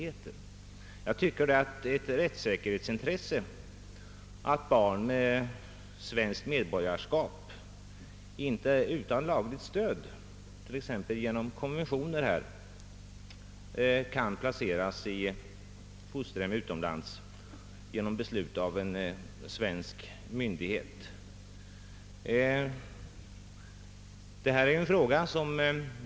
Det är, enligt min mening, ett rättssäkerhetsintresse att barn med svenskt medborgarskap inte utan lagligt stöd, t.ex. genom konventioner, skall få placeras i fosterhem utomlands genom beslut av svensk myndighet.